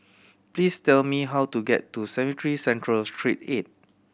please tell me how to get to Cemetry Central Street Eight